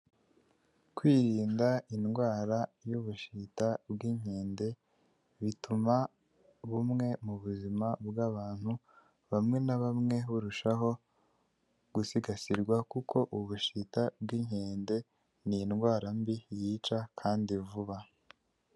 Kwirinda indwara y'ubushita bw'inkende, bituma bumwe mu buzima bw'abantu bamwe na bamwe burushaho gusigasirwa kuko ubushita bw'inkende ni indwara mbi yica kandi vuba.